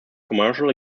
commercial